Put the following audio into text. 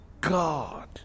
God